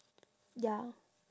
ya